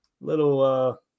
little